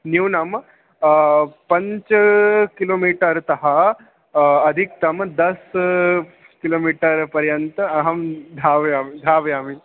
न्यूनं पञ्च किलोमीटर् तः अधिकं तं दश किलोमिटर् पर्यन्तम् अहं धावयामि धावयामि